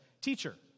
Teacher